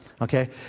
Okay